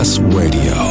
radio